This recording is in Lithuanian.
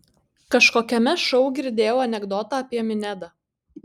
kažkokiame šou girdėjau anekdotą apie minedą